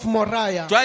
Moriah